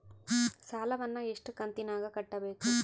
ಸಾಲವನ್ನ ಎಷ್ಟು ಕಂತಿನಾಗ ಕಟ್ಟಬೇಕು?